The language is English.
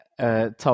Tom